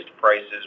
prices